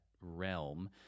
realm